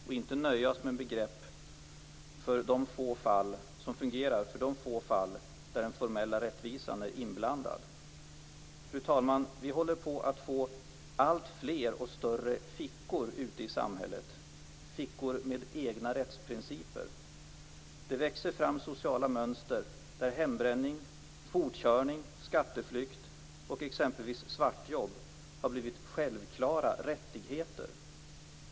Vi bör inte nöja oss med begrepp för de få fall som fungerar där den formella rättvisan är inblandad. Fru talman! Vi håller på att få alltfler och större fickor ute i samhället. Det är fickor med egna rättsprinciper. Sociala mönster växer fram där hembränning, fortkörning, skatteflykt och exempelvis svartjobb har blivit självklara rättigheter.